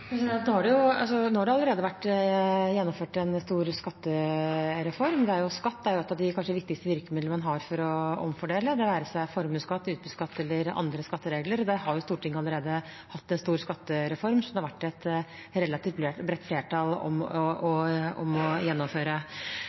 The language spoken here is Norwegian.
Nå har det jo allerede vært gjennomført en stor skattereform. Skatt er kanskje et av de viktigste virkemidlene man har for å omfordele, det være seg formuesskatt, utbytteskatt eller andre skatteregler. Stortinget har jo allerede hatt en stor skattereform, som det har vært et relativt bredt flertall for å gjennomføre. Det spørsmålet vi nå har til behandling, er jo om